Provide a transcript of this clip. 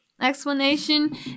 explanation